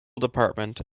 department